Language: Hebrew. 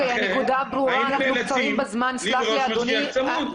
לכן היינו נאלצים לדרוש משגיח צמוד.